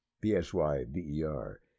B-S-Y-B-E-R